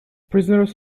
prisoners